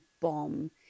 bomb